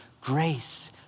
Grace